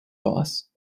boss